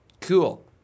cool